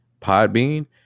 Podbean